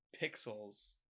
pixels